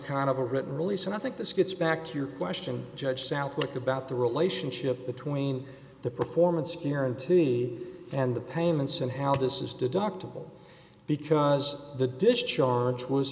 kind of a written release and i think this gets back to your question judge southwick about the relationship between the performance guarantee and the payments and how this is deductible because the discharge was